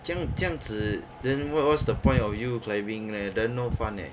这样这样子 then what what's the point of you climbing leh then no fun eh